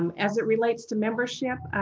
um as it relates to membership,